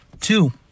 two